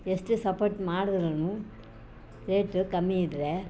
ಎಷ್ಟು ಸಪೋರ್ಟ್ ಮಾಡಿದ್ರೂ ರೇಟ್ ಕಮ್ಮಿ ಇದ್ದರೆ